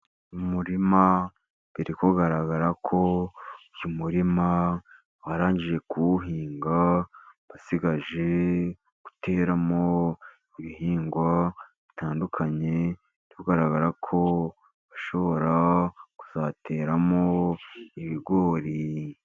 Umurima biri kugaragara ko uyu murima barangije kuwuhinga, basigaje guteraramo ibihingwa bitandukanye, bigaragara ko bashobora kuzateramo ibigori.